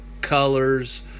colors